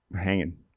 hanging